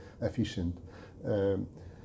efficient